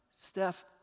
Steph